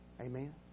Amen